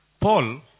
Paul